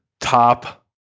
top